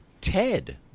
Ted